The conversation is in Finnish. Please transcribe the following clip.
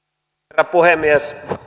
herra puhemies